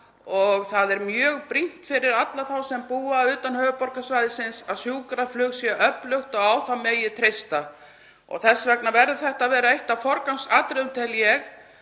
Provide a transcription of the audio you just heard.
Það er mjög brýnt fyrir alla þá sem búa utan höfuðborgarsvæðisins að sjúkraflug sé öflugt og á það megi treysta. Þess vegna verður þetta að vera eitt af forgangsatriðum, tel ég,